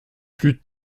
plus